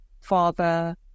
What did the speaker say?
father